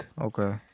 Okay